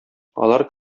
алар